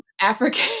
African